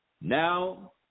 Now